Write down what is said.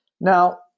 Now